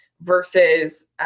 versus